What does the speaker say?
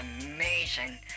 amazing